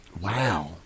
wow